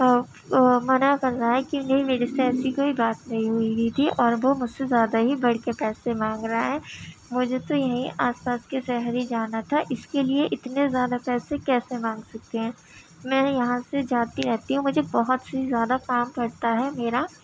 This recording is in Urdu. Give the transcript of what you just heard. او او منع کر رہا ہے کہ نہیں میرے سے ایسی کوئی بات نہیں ہوئی ہوئی تھی اور وہ مجھ سے زیادہ ہی بڑھ کے پیسے مانگ رہا ہے مجھے تو یہی آس پاس کے سہر ہی جانا تھا اس کے لیے اتنے زیادہ پیسے کیسے مانگ سکتے ہیں میں یہاں سے جاتی رہتی ہوں مجھے بہت ہی زیادہ کام پڑتا ہے میرا